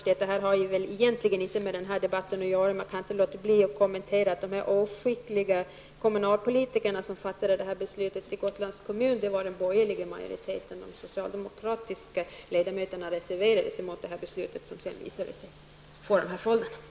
Det har egentligen inte med den här debatten att göra, men jag kan inte låta bli att också kommentera vad Ylva Annerstedt sade om de oskickliga kommunalpolitikerna i Gotlands kommun. Det var den borgerliga majoriteten som stod bakom beslutet. De socialdemokratiska ledamöterna reserverade sig mot det beslut som sedan visade sig få de följder Ylva Annerstedt talade om.